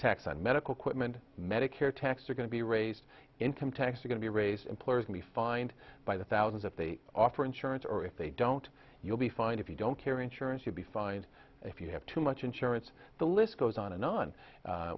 tax on medical quitman medicare tax are going to be raised income taxes are going to raise employers can be fined by the thousands if they offer insurance or if they don't you'll be fined if you don't carry insurance you'd be fined if you have too much insurance the list goes on and on